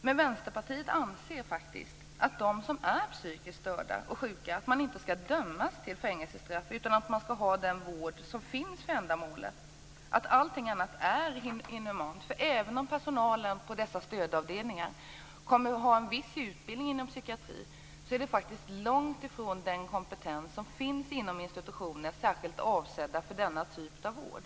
Vi i Vänsterpartiet anser att psykiskt störda och psykiskt sjuka inte skall dömas till fängelsestraff. I stället skall de kunna få den vård som finns för ändamålet. Allting annat är inhumant. Även om personalen på dessa stödavdelningar kommer att ha en viss utbildning inom psykiatrin är det långtifrån fråga om den kompetens som finns inom institutioner särskilt avsedda för denna typ av vård.